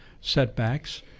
setbacks